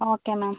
okay ma'am